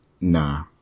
Nah